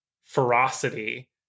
ferocity